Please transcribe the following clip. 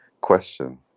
Question